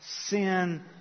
sin